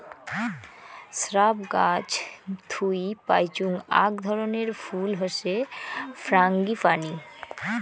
shrub গাছ থুই পাইচুঙ আক ধরণের ফুল হসে ফ্রাঙ্গিপানি